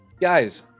Guys